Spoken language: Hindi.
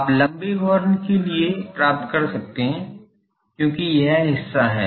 आप लंबे हॉर्न के लिए प्राप्त कर सकते हैं क्योंकि यह हिस्सा है